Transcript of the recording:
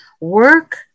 work